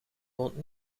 woont